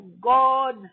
God